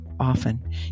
often